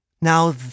Now